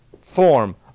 form